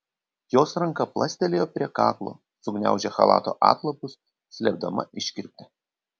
jos ranka plastelėjo prie kaklo sugniaužė chalato atlapus slėpdama iškirptę